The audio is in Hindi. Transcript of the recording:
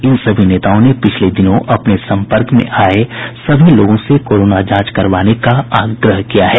इन सभी नेताओं ने पिछले दिनों अपने सम्पर्क में आये सभी लोगों से कोरोना जांच करवाने का आग्रह किया है